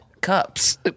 Cups